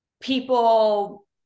people